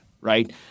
Right